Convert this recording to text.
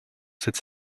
cette